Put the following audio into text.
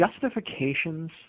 justifications